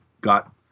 got